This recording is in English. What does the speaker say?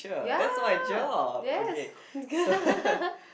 ya yes